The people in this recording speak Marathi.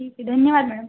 ठीक आहे धन्यवाद मॅडम